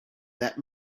that